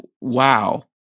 wow